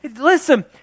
listen